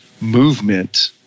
movement